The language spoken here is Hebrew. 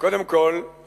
קודם כול,